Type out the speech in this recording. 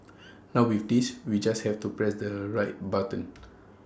now with this we just have to press the right buttons